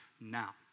now